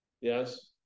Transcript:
Yes